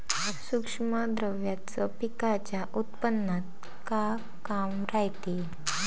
सूक्ष्म द्रव्याचं पिकाच्या उत्पन्नात का काम रायते?